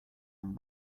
amb